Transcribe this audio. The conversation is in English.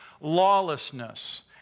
lawlessness